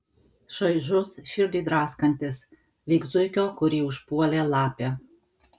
šaižus širdį draskantis lyg zuikio kurį užpuolė lapė